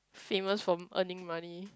famous for earning money